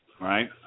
right